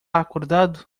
acordado